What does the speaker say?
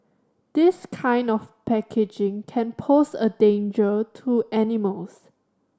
this kind of packaging can pose a danger to animals